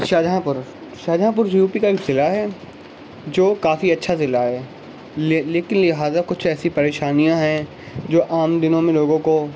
شاہجہاں پور Shahjahanpur U P کا ایک ضلع ہے جو کافی اچھا ضلع ہے لے لیکن لہٰذا کچھ ایسی پریشانیاں ہیں جو عام دنوں میں لوگوں کو